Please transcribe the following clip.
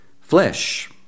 flesh